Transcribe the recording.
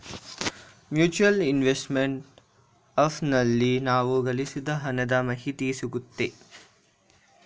mutual investment app ನಲ್ಲಿ ನಾವು ಗಳಿಸಿದ ಹಣದ ಮಾಹಿತಿ ಸಿಗುತ್ತೆ